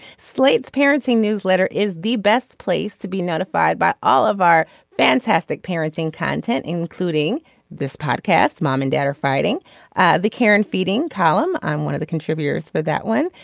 slate's parenting newsletter is the best place to be notified by all of our fantastic parenting content including this podcast. mom and dad are fighting the care and feeding column. i'm one of the contributors for that one.